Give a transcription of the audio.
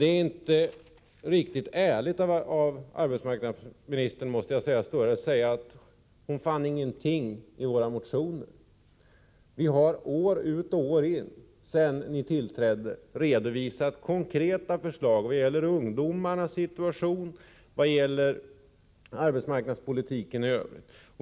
Det är inte ärligt av arbetsmarknadsministern, måste jag säga, att stå här och säga att hon inte fann någonting i våra motioner. Vi har varje år sedan ni tillträdde redovisat konkreta förslag vad gäller ungdomarnas situation och arbetsmarknadspolitiken i övrigt.